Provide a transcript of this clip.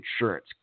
insurance